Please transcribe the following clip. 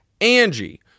Angie